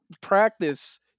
practice